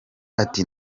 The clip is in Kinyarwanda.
ati